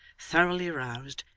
thoroughly aroused,